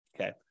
Okay